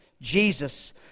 Jesus